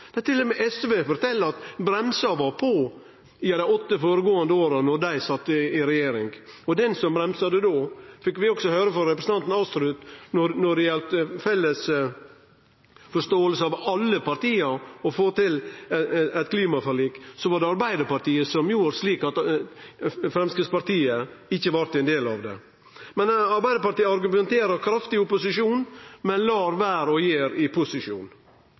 SV fortel at bremsa var på i dei åtte føregåande åra, då dei sat i regjering. Kven som bremsa då, fekk vi høyre frå representanten Astrup. Når det gjaldt å få ei felles forståing i alle partia for å få til eit klimaforlik, så var det Arbeidarpartiet som gjorde slik at Framstegspartiet ikkje blei ein del av det. Arbeidarpartiet argumenterer kraftig i opposisjon, men lèt vere å gjere det i posisjon.